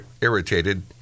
irritated